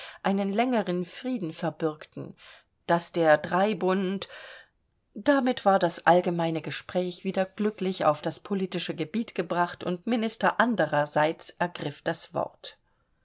einen längeren frieden verbürgten daß der dreibund damit war das allgemeine gespräch wieder glücklich auf das politische gebiet gebracht und minister andererseits ergriff das wort